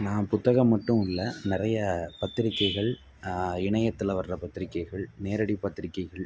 நான் புத்தகம் மட்டும் இல்லை நிறையா பத்திரிக்கைகள் இணையத்தில் வர பத்திரிக்கைகள் நேரடிப் பத்திரிக்கைகள்